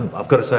um got to say